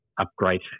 upgrade